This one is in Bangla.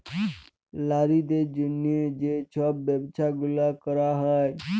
লারিদের জ্যনহে যে ছব ব্যবছা গুলা ক্যরা হ্যয়